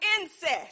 incest